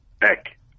back